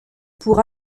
pour